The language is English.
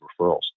referrals